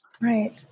Right